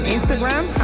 Instagram